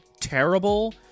terrible